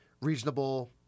reasonable